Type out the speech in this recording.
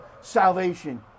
salvation